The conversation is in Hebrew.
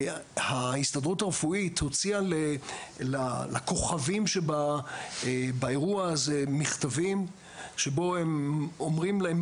ההסתדרות הרפואית הוציאה לכוכבים שבאירוע הזה מכתבים שבו הם אומרים להם,